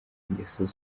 ingeso